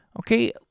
okay